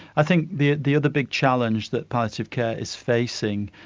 i think the the other big challenge that palliative care is facing,